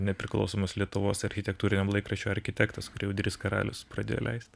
nepriklausomos lietuvos architektūriniam laikraščiui arkitektas audrys karalius pradėjo leist